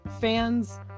fans